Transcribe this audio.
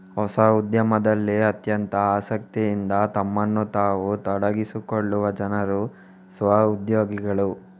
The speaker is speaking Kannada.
ಹೊಸ ಉದ್ಯಮದಲ್ಲಿ ಅತ್ಯಂತ ಆಸಕ್ತಿಯಿಂದ ತಮ್ಮನ್ನು ತಾವು ತೊಡಗಿಸಿಕೊಳ್ಳುವ ಜನರು ಸ್ವ ಉದ್ಯೋಗಿಗಳು